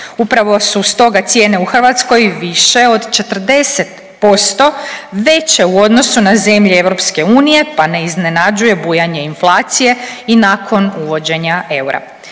Upravo su stoga cijene u Hrvatskoj više od 40% veće u odnosu na zemlje EU pa ne iznenađuje bujanje inflacije i nakon uvođenja eura.